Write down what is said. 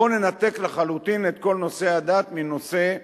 בואו ננתק לחלוטין את כל נושא הדת מנושא המדינה.